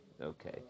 Okay